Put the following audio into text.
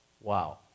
Wow